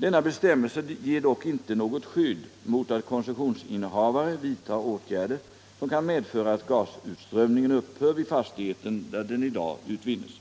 Denna bestämmelse ger dock inte något skydd mot att koncessionsinnehavare vidtar åtgärder som kan medföra att gasutströmningen upphör vid fastigheten där den i dag utvinns.